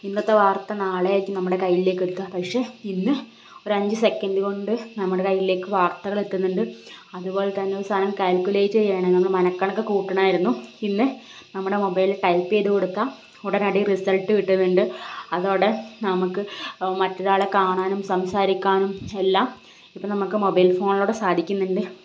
ഇന്നത്തെ വാർത്ത നാളെയായിരിക്കും നമ്മുടെ കൈകളിലേക്കെത്തുക പക്ഷേ ഇന്ന് ഒരഞ്ചു സെക്കൻ്റ് കൊണ്ട് നമ്മുടെ കൈയിലേക്കു വാർത്തകളെത്തുന്നുണ്ട് അതുപോലെത്തന്നെ ഒരു സാധനം കാൽക്കുലേറ്റ് ചെയ്യണമെങ്കിൽ മനക്കണക്ക് കൂട്ടണമായിരുന്നു ഇന്ന് നമ്മുടെ മൊബൈലിൽ ടൈപ്പ് ചെയ്തുകൊടുക്കാം ഉടനടി റിസൽട്ട് കിട്ടുന്നുണ്ട് അതോടെ നമുക്ക് മറ്റൊരാളെ കാണാനും സംസാരിക്കാനും എല്ലാം ഇപ്പം നമുക്ക് മൊബൈൽ ഫോണിലൂടെ സാധിക്കുന്നുണ്ട്